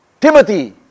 Timothy